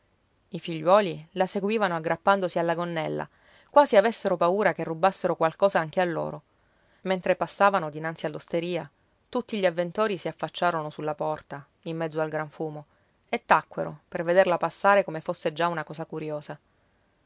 i figliuoli la seguivano aggrappandosi alla gonnella quasi avessero paura che rubassero qualcosa anche a loro mentre passavano dinanzi all'osteria tutti gli avventori si affacciarono sulla porta in mezzo al gran fumo e tacquero per vederla passare come fosse già una cosa curiosa